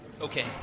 okay